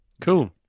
cool